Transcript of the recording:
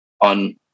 on